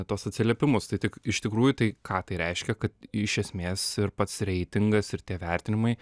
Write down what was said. tuos atsiliepimus tai tik iš tikrųjų tai ką tai reiškia kad iš esmės ir pats reitingas ir tie vertinimai